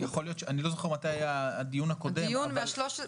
אני לא זוכר מתי היה הדיון הקודם --- הדיון מה-11.3.